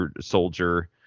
soldier